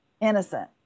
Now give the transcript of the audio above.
innocent